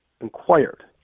inquired